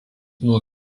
nuo